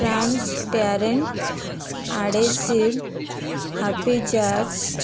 transparent adhesive happy jars